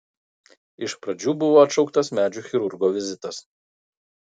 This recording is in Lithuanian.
iš pradžių buvo atšauktas medžių chirurgo vizitas